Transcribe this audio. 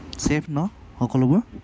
chef ন সকলোবোৰ